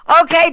Okay